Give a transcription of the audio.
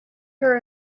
her